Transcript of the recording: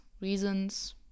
reasons